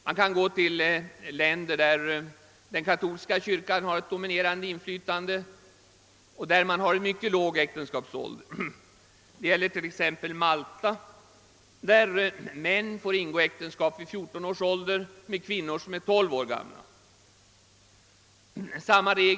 Många länder, där den katolska kyrkan har ett dominerande inflytande, har mycket låga äktenskapsåldrar — t.ex. Malta, där män får ingå äktenskap vid 14 års ålder med kvinnor som är 12 år.